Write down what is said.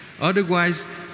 Otherwise